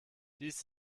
dies